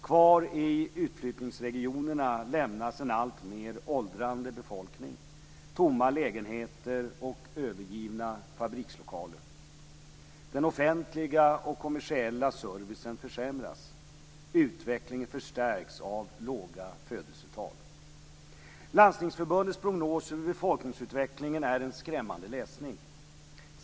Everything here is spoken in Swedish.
Kvar i utflyttningsregionerna lämnas en alltmer åldrande befolkning, tomma lägenheter och övergivna fabrikslokaler. Den offentliga och kommersiella servicen försämras. Utvecklingen förstärks av låga födelsetal. Landstingsförbundets prognos över befolkningsutvecklingen är en skrämmande läsning.